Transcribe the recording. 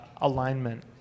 alignment